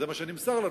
זה מה שנמסר לנו,